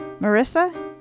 Marissa